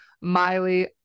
Miley